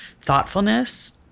thoughtfulness